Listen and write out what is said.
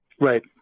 Right